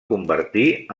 convertir